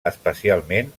especialment